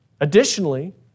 Additionally